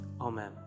Amen